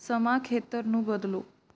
ਸਮਾਂ ਖੇਤਰ ਨੂੰ ਬਦਲੋ